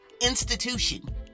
institution